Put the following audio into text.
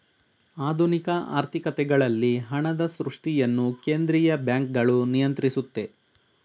ಆಧುನಿಕ ಆರ್ಥಿಕತೆಗಳಲ್ಲಿ ಹಣದ ಸೃಷ್ಟಿಯನ್ನು ಕೇಂದ್ರೀಯ ಬ್ಯಾಂಕ್ಗಳು ನಿಯಂತ್ರಿಸುತ್ತೆ